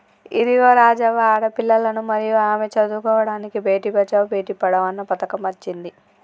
ఇదిగో రాజవ్వ ఆడపిల్లలను మరియు ఆమె చదువుకోడానికి బేటి బచావో బేటి పడావో అన్న పథకం అచ్చింది